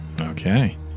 Okay